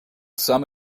some